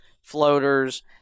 floaters